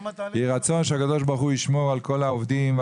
יהי רצון שהקדוש ברוך הוא ישמור על כל העובדים,